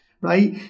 right